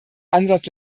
ansatz